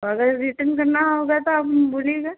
और अगर रिटन करना होगा तो आप हमें बोलिएगा